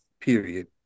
period